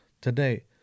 today